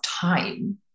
time